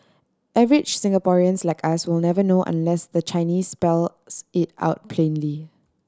average Singaporeans like us will never know unless the Chinese spells it out plainly